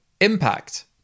Impact